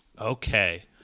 Okay